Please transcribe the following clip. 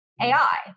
AI